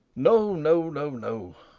no, no, no, no!